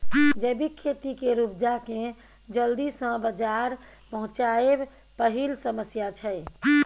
जैबिक खेती केर उपजा केँ जल्दी सँ बजार पहुँचाएब पहिल समस्या छै